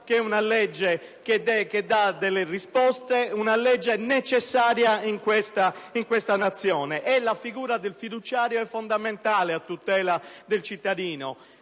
una legge che dà delle risposte, una legge necessaria nella nostra Nazione. La figura del fiduciario è fondamentale a tutela del cittadino.